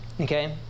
Okay